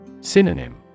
Synonym